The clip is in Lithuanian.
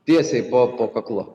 tiesiai po kaklu